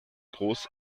groß